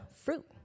fruit